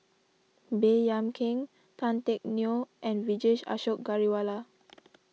Baey Yam Keng Tan Teck Neo and Vijesh Ashok Ghariwala